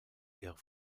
ihrer